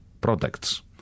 products